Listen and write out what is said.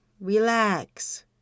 relax